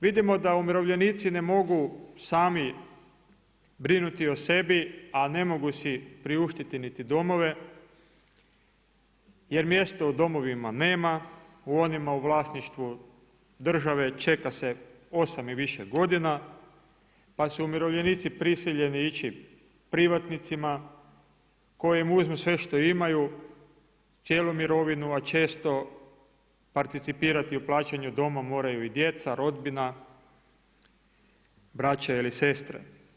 Vidimo da umirovljenici ne mogu sami brinuti o sebi a ne mogu si priuštiti niti domove, jer mjesta u domovima nema, onima u vlasništvu države čeka se 8 i više godina, pa su umirovljenici prisiljeni ići privatnicima koji im uzmu sve što imaju, cijelu mirovinu, a često participirati u plaćanju doma moraju i djeca, rodbina, braće ili sestre.